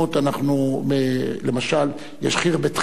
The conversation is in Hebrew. למשל, יש "חרבת חזעה",